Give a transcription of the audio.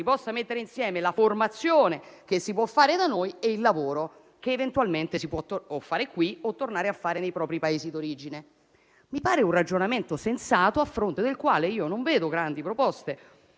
possa mettere insieme la formazione che si può fare da noi e il lavoro che eventualmente si può fare qui o tornare a fare nei propri Paesi d'origine. Mi pare un ragionamento sensato, a fronte del quale non rilevo grandi proposte